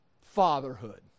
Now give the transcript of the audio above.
fatherhood